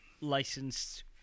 licensed